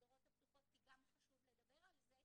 למסגרות הפתוחות כי גם חשוב לדבר על זה,